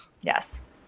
Yes